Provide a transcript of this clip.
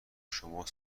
شما